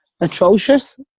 atrocious